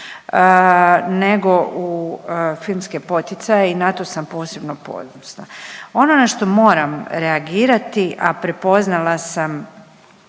nego u filmske poticaje i na to sam posebno ponosna. Ono na što moram reagirati, a prepoznala sam